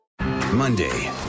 Monday